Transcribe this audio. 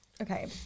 Okay